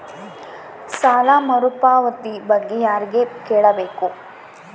ಸಾಲ ಮರುಪಾವತಿ ಬಗ್ಗೆ ಯಾರಿಗೆ ಕೇಳಬೇಕು?